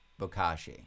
Bokashi